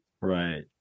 Right